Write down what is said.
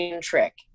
trick